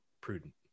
prudent